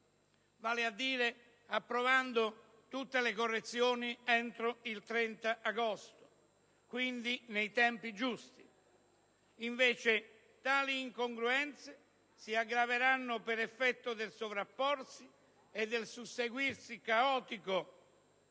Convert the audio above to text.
vale a dire approvando tutte le correzioni entro il 30 agosto: quindi, nei tempi giusti. Invece, tali incongruenze si aggraveranno per effetto del sovrapporsi e del susseguirsi caotico